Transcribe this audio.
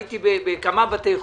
הייתי בכמה בתי חולים,